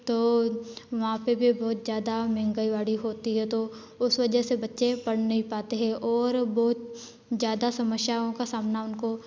तो वहाँ पर भी बहुत जादा महँगाई वाड़ी होती है तो उस वजह से बच्चे पढ़ नहीं पाते हैं और बहुत जादा समस्याओं का सामना उनको